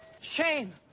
Shame